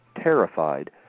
terrified